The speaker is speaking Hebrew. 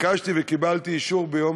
ביקשתי וקיבלתי אישור להעלות ביום